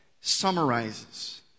summarizes